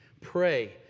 pray